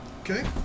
Okay